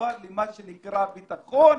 מועבר למה שנקרא ביטחון,